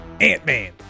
ant-man